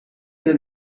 that